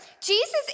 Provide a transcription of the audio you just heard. Jesus